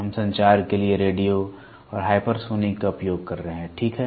हम संचार के लिए रेडियो और हाइपरसोनिक का उपयोग कर रहे हैं ठीक है